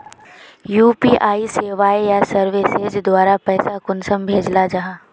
UPI सेवाएँ या services द्वारा पैसा कुंसम भेजाल जाहा?